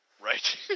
Right